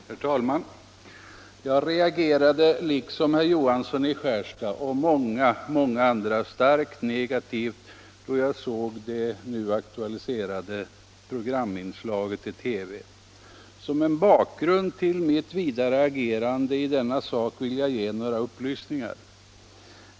Herr talman! Jag reagerade — liksom herr Johansson i Skärstad och många, många andra — starkt negativt då jag såg det nu aktualiserade programinslaget i TV. Som en bakgrund till mitt vidare agerande i denna sak vill jag ge några upplysningar.